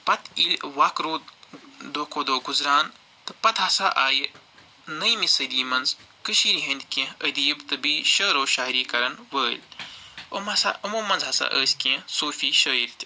تہٕ پَتہٕ ییٚلہِ وَق روٗد دۄہ کھۄتہٕ دۄہ گُزران تہٕ پَتہٕ ہسا آیہِ نٔوی صدی منٛز خوشی ۂندۍ کیٚنہہ ادیٖب بیٚیہِ شیرو شاعرِ وٲلۍ أمۍ ہسا یِمَو منٛز ہسا ٲسۍ کیٚنہہ